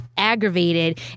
Aggravated